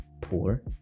poor